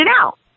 out